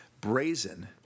brazen